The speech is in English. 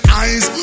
eyes